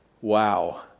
wow